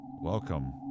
Welcome